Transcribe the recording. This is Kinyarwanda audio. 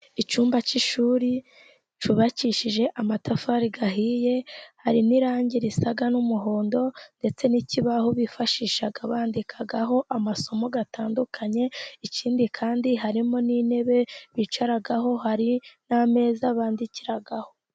Icyumba cy'ishuri cyubakishije amatafari ahiye . Hari n'irangi risa n'umuhondo , ndetse n'ikibaho bifashisha bandikaho amasomo atandukanye ,ikindi kandi harimo n'intebe bicaraho hari n'ameza bandikiraho.